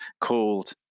called